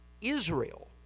Israel